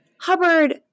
Hubbard